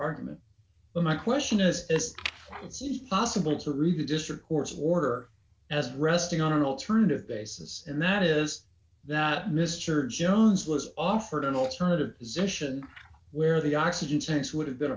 argument but my question is this frenzy possible to review district court's order as resting on an alternative basis and that is that mr jones was offered an alternative position where the oxygen tanks would have been